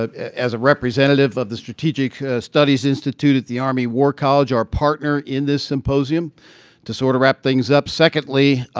ah as a representative of the strategic studies institute at the army war college, our partner in the symposium to sort of wrap things up. secondly,